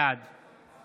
בעד